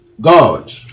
God